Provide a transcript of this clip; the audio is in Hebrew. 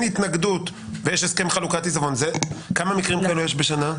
התנגדות ויש הסכם חלוקת עיזבון כמה מקרים כאלו יש בשנה?